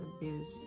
abuse